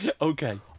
okay